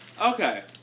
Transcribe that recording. Okay